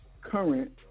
current